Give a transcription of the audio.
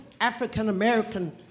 African-American